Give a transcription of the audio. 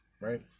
Right